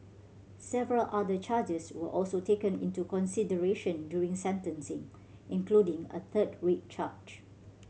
several other charges were also taken into consideration during sentencing including a third rape charge